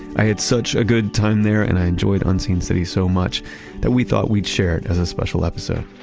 i had such a good time there, and i enjoyed unseen city so much that we thought we'd share it as a special episode